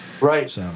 Right